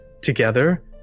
together